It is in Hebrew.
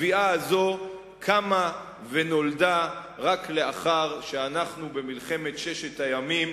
התביעה הזאת קמה ונולדה רק לאחר שאנחנו במלחמת ששת הימים